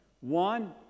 One